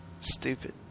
stupid